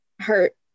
hurt